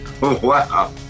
Wow